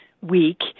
week